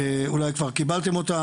אולי כבר קיבלתם אותה.